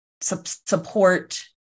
support